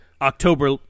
October